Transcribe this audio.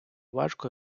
важко